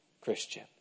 Christian